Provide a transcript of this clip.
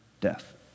death